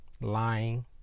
Lying